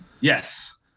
yes